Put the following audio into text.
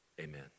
Amen